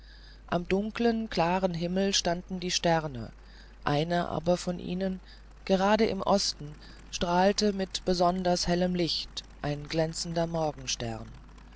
am dunkeln klaren himmel standen die sterne einer aber von ihnen gerade im osten strahlte mit besonders hellem licht ein glänzender